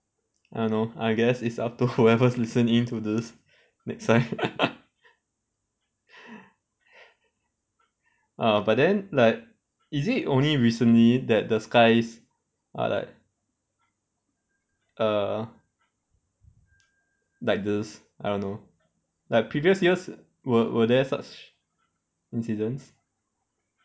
I don't know I guess it's up to whoever's listening to this next time uh but then like is it only recently that the skies are like err like this I don't know like previous years were were there such incidents